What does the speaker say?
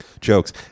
jokes